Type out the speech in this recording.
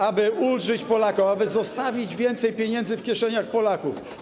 aby ulżyć Polakom, aby zostawić więcej pieniędzy w kieszeniach Polaków?